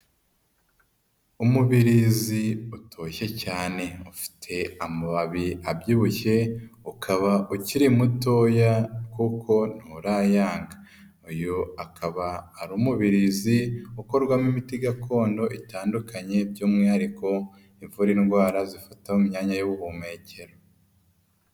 Umubirizi utoshye cyane ufite amababi abyibushye ukaba ukiri mutoya kuko nturayanga, uyu akaba ari umubirizi ukorwamo imiti gakondo itandukanye by'umwihariko ivura indwara zifata mu myanya y'ubuhumekero.